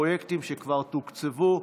פרויקטים שכבר תוקצבו,